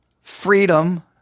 freedom